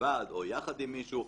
לבד או יחד עם מישהו,